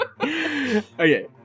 Okay